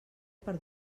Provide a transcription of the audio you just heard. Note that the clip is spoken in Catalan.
per